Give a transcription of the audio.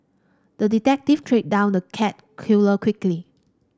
the detective tracked down the cat killer quickly